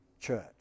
church